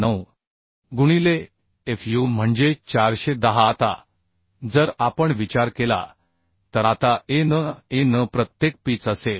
9 गुणिले Fu म्हणजे 410 आता जर आपण विचार केला तर आता An An प्रत्तेक पिच असेल